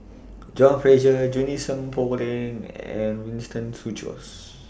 John Fraser Junie Sng Poh Leng and Winston Choos